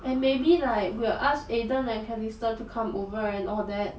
and maybe like will ask aden and calista to come over and all that